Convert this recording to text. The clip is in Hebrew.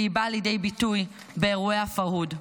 והיא באה לידי ביטוי באירועי הפרהוד.